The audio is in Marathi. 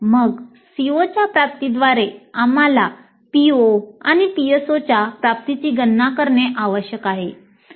मगCOच्या प्राप्तीद्वारे आम्हाला PO आणि PSOच्या प्राप्तीची गणना करणे आवश्यक आहे